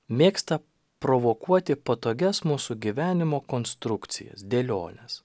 mėgsta provokuoti patogias mūsų gyvenimo konstrukcijas dėliones